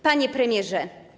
Panie Premierze!